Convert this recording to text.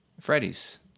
freddy's